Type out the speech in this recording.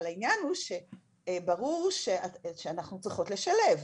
אבל העניין הוא שברור שאנחנו צריכות לשלב.